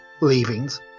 leavings